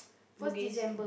bugis